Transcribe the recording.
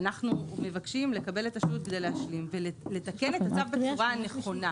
ואנחנו מבקשים לקבל את השהות כדי להשלים ולתקן את הצו בצורה נכונה.